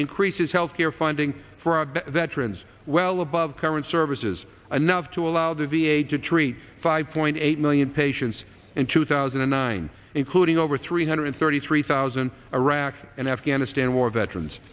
increases health care funding for our veterans well above current services announced to allow the v a to treat five point eight million patients in two thousand and nine including over three hundred thirty three thousand iraq and afghanistan war veterans